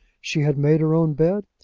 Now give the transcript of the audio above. she had made her own bed,